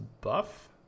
buff